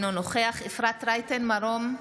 אינו נוכח אפרת רייטן מרום,